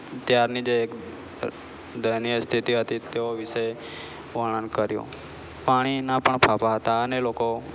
ત્યારની જે એક દયનીય સ્થિતિ હતી તેઓ વિશે વર્ણન કર્યુ પાણીના પણ ફાંફા હતા અને લોકો